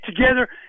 together